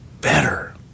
better